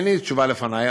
אין לי תשובה לפני,